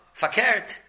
Fakert